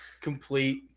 complete